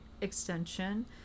extension